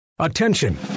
Attention